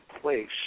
place